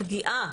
פגיעה